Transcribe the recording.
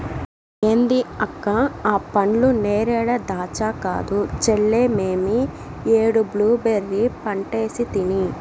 ఏంది అక్క ఆ పండ్లు నేరేడా దాచ్చా కాదు చెల్లే మేమీ ఏడు బ్లూబెర్రీ పంటేసితిని